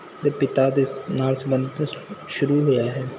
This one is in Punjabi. ਦੇ ਪਿਤਾ ਦੇ ਨਾਲ ਸੰਬੰਧਿਤ ਸ਼ੁਰੂ ਹੋਇਆ ਹੈ